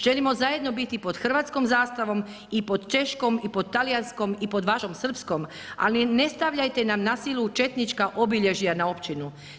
Želimo zajedno biti pod hrvatskom zastavom i pod češkom i pod talijanskom i pod vašom srpskom ali ne stavljajte nam na silu četnička obilježja na općinu.